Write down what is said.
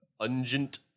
ungent